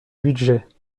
budget